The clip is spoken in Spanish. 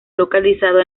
localizado